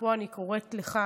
ופה אני קוראת לך,